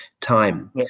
time